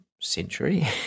century